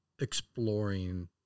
exploring